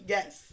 Yes